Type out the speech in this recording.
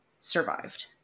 survived